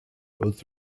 both